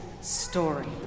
story